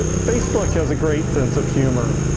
facebook has a great sense of humor.